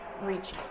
reach